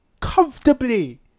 Comfortably